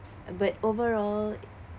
but overall